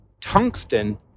tungsten